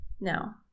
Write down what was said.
Now